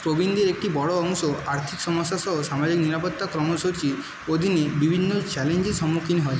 প্রবীণদের একটি বড় অংশ আর্থিক সমস্যা সহ সামাজিক নিরাপত্তা কর্মসূচির অধীনে বিভিন্ন চ্যালেঞ্জের সম্মুখীন হয়